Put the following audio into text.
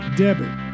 debit